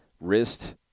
Wrist